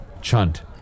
Chunt